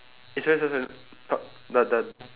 eh sorry sorry sorry thought the the